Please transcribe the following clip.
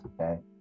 Okay